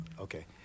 Okay